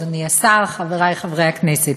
אדוני השר, חברי חברי הכנסת,